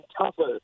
tougher